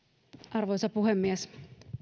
arvoisa puhemies